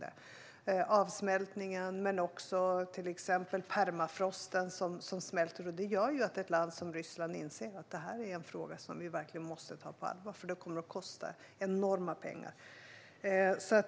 Det är både isarna och till exempel permafrosten som smälter. Det gör att ett land som Ryssland inser att vi måste ta denna fråga på allvar, för det kommer att kosta enorma pengar.